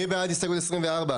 מי בעד הסתייגות 24?